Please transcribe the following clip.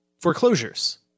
Foreclosures